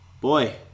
boy